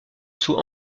sous